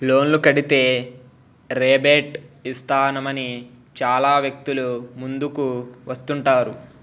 లోన్లు కడితే రేబేట్ ఇస్తామని చాలా వ్యక్తులు ముందుకు వస్తుంటారు